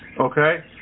okay